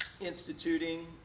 instituting